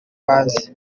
bazi